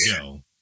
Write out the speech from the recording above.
go